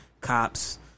cops